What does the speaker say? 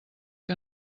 que